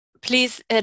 please